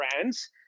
brands